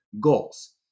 goals